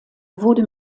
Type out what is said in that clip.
wurde